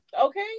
Okay